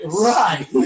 Right